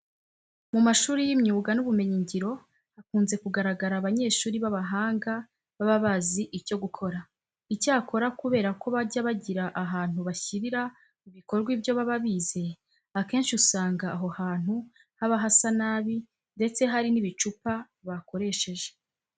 Mu mashuri y'imyuga n'ubumenyingiro hakunze kugaragara abanyeshuri b'abahanga baba bazi icyo gukora. Icyakora kubera ko bajya bagira ahantu bashyirira mu bikorwa ibyo baba bize, akenshi usanga aho hantu haba hasa nabi ndetse hari n'ibicupa bakoresheje.